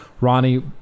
Ronnie